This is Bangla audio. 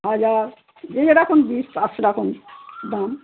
হাজার যেরকম জিনিস পাঁচ রকম দাম